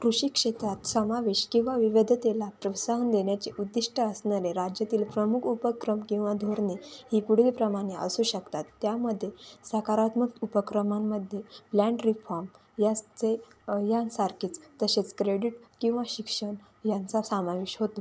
कृषी क्षेत्रात समावेश किंवा विविधतेला प्रोत्साहन देण्याचे उद्दिष्ट असणारे राज्यातील प्रमुख उपक्रम किंवा धोरणे ही पुढीलप्रमाणे असू शकतात त्यामध्ये सकारात्मक उपक्रमांमध्ये लँड रिफॉर्म याचे यांसारखेच तसेच क्रेडीट किंवा शिक्षण यांचा सामावेश होतो